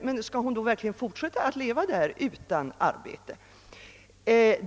Men skall de fortsätta att leva utan att arbeta?